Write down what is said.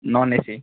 non A C